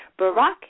Barack